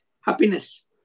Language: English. happiness